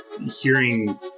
hearing